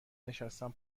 نشستن